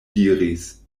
diris